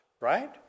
right